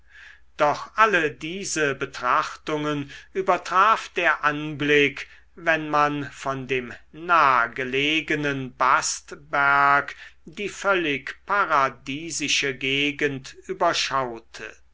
doch alle diese betrachtungen übertraf der anblick wenn man von dem nahgelegenen bastberg die völlig paradiesische gegend